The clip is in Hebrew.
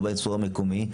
לא בייצור המקומי,